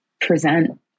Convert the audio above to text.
present